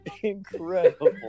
Incredible